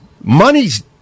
money's